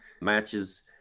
matches